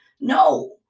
no